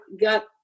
got